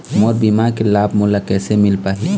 मोर बीमा के लाभ मोला कैसे मिल पाही?